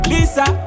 Lisa